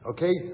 Okay